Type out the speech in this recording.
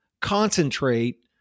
concentrate